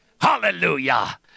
Hallelujah